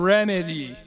Remedy